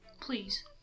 Please